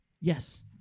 Yes